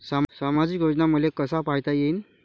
सामाजिक योजना मले कसा पायता येईन?